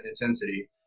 intensity